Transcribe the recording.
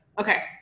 Okay